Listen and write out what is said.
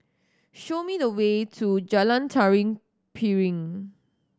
show me the way to Jalan Tari Piring